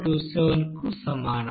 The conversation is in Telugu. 27 కు సమానం